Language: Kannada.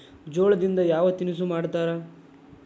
ಜೋಳದಿಂದ ಯಾವ ತಿನಸು ಮಾಡತಾರ?